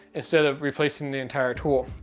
instead of replacing the entire tool.